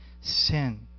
sin